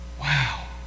wow